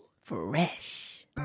Fresh